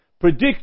predict